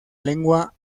lengua